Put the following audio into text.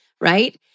right